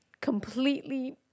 Completely